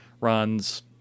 runs